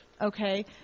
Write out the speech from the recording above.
okay